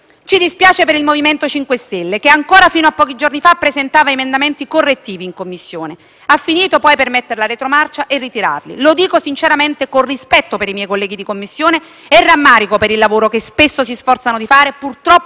Ci dispiace per il MoVimento 5 Stelle, che ancora fino a pochi giorni fa presentava emendamenti correttivi in Commissione; ha finito poi per mettere la retromarcia e ritirarli. Lo dico sinceramente con rispetto per i miei colleghi di Commissione e con rammarico per il lavoro che spesso si sforzano di fare, purtroppo